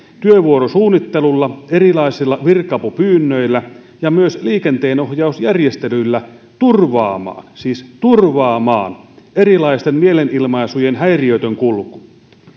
työvuorosuunnittelulla erilaisilla virka apupyynnöillä ja myös liikenteenohjausjärjestelyillä turvaamaan siis turvaamaan erilaisten mielenilmaisujen häiriötön kulku